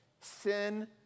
Sin